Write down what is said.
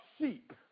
sheep